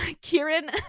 Kieran